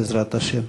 בעזרת השם.